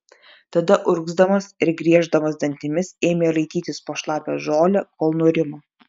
tada urgzdamas ir grieždamas dantimis ėmė raitytis po šlapią žolę kol nurimo